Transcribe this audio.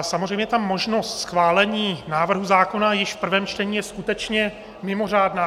Samozřejmě ta možnost schválení návrhu zákona již v prvém čtení je skutečně mimořádná.